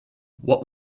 what